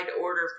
order